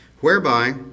Whereby